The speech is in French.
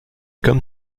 comme